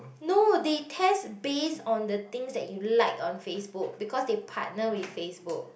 no they test based on the things that you like on Facebook because they partner with Facebook